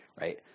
right